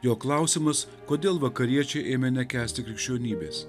jo klausimas kodėl vakariečiai ėmė nekęsti krikščionybės